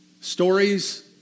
stories